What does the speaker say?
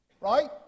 Right